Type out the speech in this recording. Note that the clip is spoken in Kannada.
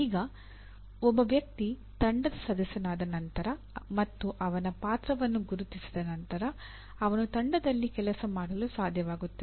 ಈಗ ಒಬ್ಬ ವ್ಯಕ್ತಿ ತಂಡದ ಸದಸ್ಯನಾದ ನಂತರ ಮತ್ತು ಅವನ ಪಾತ್ರವನ್ನು ಗುರುತಿಸಿದ ನಂತರ ಅವನು ತಂಡದಲ್ಲಿ ಕೆಲಸ ಮಾಡಲು ಸಾಧ್ಯವಾಗುತ್ತದೆ